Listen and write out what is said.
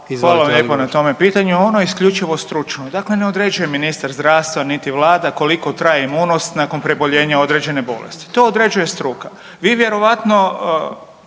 vam lijepo na tome pitanju, ono je isključivo stručno, dakle ne određuje ministar zdravstva niti Vlada koliko traje imunost nakon preboljenja određene bolesti. To određuje struka. Vi vjerojatno,